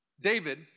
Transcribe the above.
David